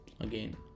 again